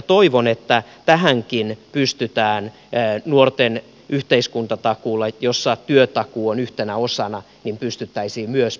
toivon että tähänkin pystyttäisiin nuorten yhteiskuntatakuulla jossa työtakuu on yhtenä osana puuttumaan